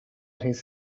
his